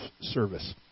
service